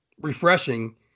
refreshing